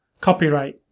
copyright